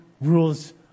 rules